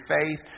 faith